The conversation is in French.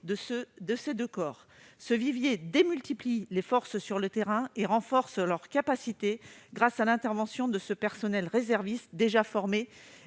de ces deux corps. Ce vivier démultiplie les forces sur le terrain et renforce leurs capacités, grâce à l'intervention de ce personnel réserviste déjà formé